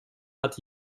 hat